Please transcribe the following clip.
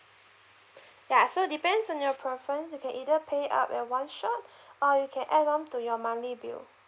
ya so depends on your preference you can either pay up at one shot or you can add on to your monthly bill